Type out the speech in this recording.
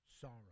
sorrow